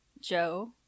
Joe